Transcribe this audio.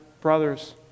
brothers